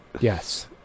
yes